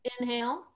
inhale